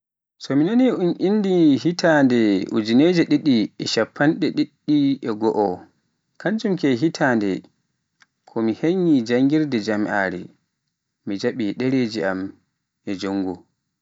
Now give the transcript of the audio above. So mi naani un inni hitande ujinere didi e shappande didi e go'g kanjum ke hitande ko henyi janngirde Jam'iare, mi jaɓi ɗereji am e junngo.